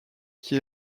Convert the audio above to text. qui